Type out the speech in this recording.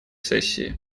сессии